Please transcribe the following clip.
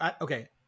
Okay